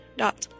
dot